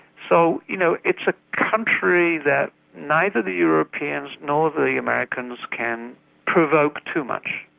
so you know it's a country that neither the europeans nor the the americans can provoke too much,